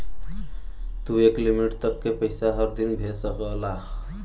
तू एक लिमिट तक के पइसा हर दिन भेज सकला